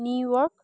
New York